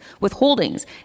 withholdings